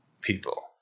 people